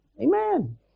Amen